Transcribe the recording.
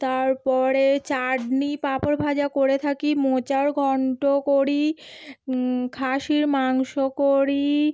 তারপরে চাটনি পাঁপড় ভাজা করে থাকি মোচার ঘণ্ট করি খাসির মাংস করি